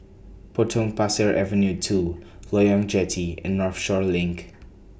Potong Pasir Avenue two Loyang Jetty and Northshore LINK